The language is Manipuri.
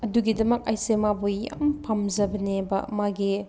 ꯑꯗꯨꯒꯤꯗꯃꯛ ꯑꯩꯁꯦ ꯃꯥꯕꯨ ꯌꯥꯝ ꯄꯥꯝꯖꯕꯅꯦꯕ ꯃꯥꯒꯤ